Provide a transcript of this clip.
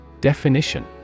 Definition